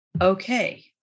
okay